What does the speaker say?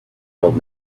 old